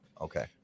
Okay